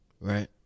right